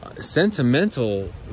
sentimental